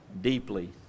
deeply